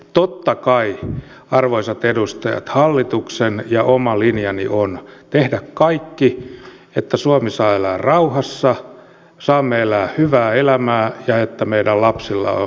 totta kai arvoisat edustajat hallituksen linja ja oma linjani on tehdä kaikki että suomi saa elää rauhassa saamme elää hyvää elämää ja että meidän lapsilla on hyvä elämä